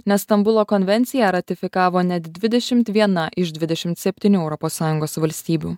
nes stambulo konvenciją ratifikavo net dvidešimt viena iš dvidešimt septynių europos sąjungos valstybių